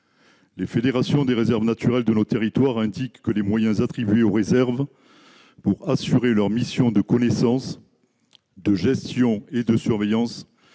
les fédérations des réserves naturelles de nos territoires, indique que les moyens attribués aux réserves pour assurer leur mission de connaissances, de gestion et de surveillance,